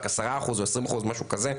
10% או 20% משהו כזה.